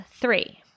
three